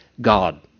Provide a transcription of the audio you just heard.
God